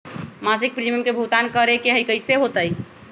मासिक प्रीमियम के भुगतान करे के हई कैसे होतई?